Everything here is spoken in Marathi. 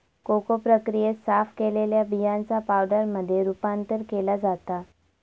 कोको प्रक्रियेत, साफ केलेल्या बियांचा पावडरमध्ये रूपांतर केला जाता